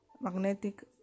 magnetic